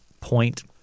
point